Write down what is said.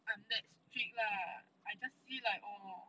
I am that strict lah I just see like orh